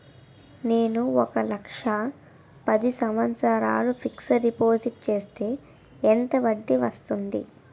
నేను ఒక లక్ష పది సంవత్సారాలు ఫిక్సడ్ డిపాజిట్ చేస్తే ఎంత వడ్డీ వస్తుంది?